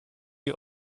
you